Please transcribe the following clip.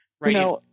Right